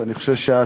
אני חושב שאת,